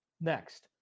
Next